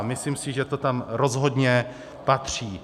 Myslím si, že to tam rozhodně patří.